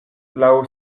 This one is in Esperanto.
laŭ